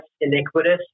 iniquitous